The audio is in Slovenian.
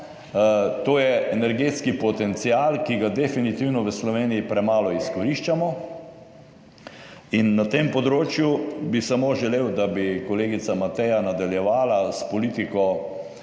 to je energetski potencial, ki ga definitivno v Sloveniji premalo izkoriščamo in na tem področju bi samo želel, da bi kolegica Mateja nadaljevala s politiko